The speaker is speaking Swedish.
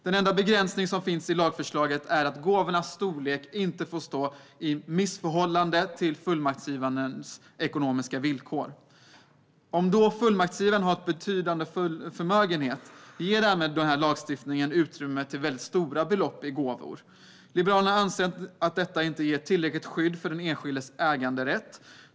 Den enda begränsning som finns i lagförslaget är att gåvornas storlek inte får stå i missförhållande till fullmaktsgivarens ekonomiska villkor. Om fullmaktsgivaren har en betydande förmögenhet ger därmed lagstiftningen utrymme för gåvor på stora belopp. Liberalerna anser att detta inte ger ett tillräckligt skydd för den enskildes äganderätt.